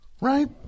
Right